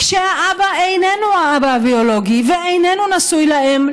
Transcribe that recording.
כשהאבא איננו האבא הביולוגי ואיננו נשוי לאם,